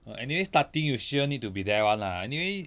err anyway starting you sure need to be there [one] lah anyway